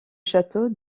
château